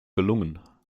gelungen